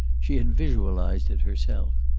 she had visualized it herself.